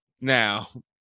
Now